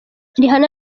rihanna